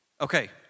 Okay